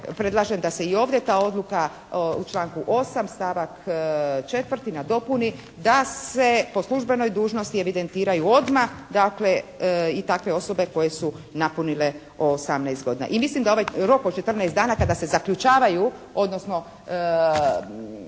predlažem da se i ovdje ta odluka u članku 8. stavak 4. nadopuni da se po službenoj dužnosti evidentiraju odmah, dakle i takve osobe koje su napunile 18 godina. I mislim da ovaj rok od 14 dana kada se zaključavaju, odnosno